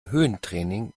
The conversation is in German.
höhentraining